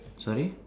sorry